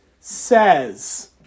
says